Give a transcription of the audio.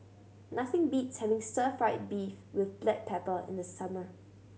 nothing beats having stir fried beef with black pepper in the summer